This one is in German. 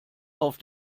auf